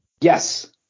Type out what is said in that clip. Yes